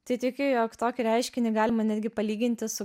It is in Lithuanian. tai tikiu jog tokį reiškinį galima netgi palyginti su